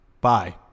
Bye